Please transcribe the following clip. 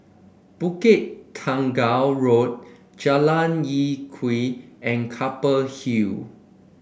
Bukit Tunggal Road Jalan Lye Kwee and Keppel Hill